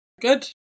Good